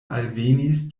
alvenis